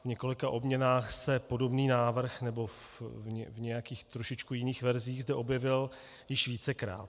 V několika obměnách se zde podobný návrh, nebo v nějakých trošičku jiných verzích, objevil již vícekrát.